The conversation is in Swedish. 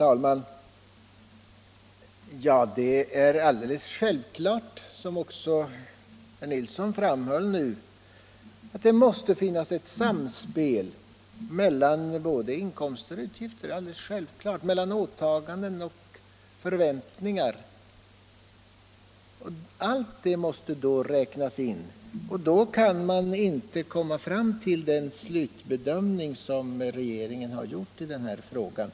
Herr talman! Såsom herr Nilsson i Tvärålund framhöll är det självklart att det måste finnas ett samspel mellan inkomster och utgifter, mellan åtaganden och förväntningar. Allt måste räknas in. Om man gör det, kan man inte komma fram till den bedömning regeringen gjort i den här frågan.